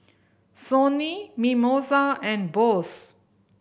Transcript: Sony Mimosa and Bose